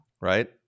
right